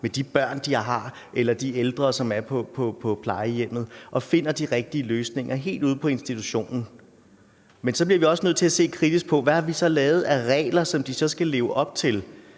med de børn, de har, eller de ældre, som er på plejehjemmet, og fandt de rigtige løsninger helt ude på institutionen. Så bliver vi også nødt til at se kritisk på, hvad vi har lavet af regler, som de skal leve op til.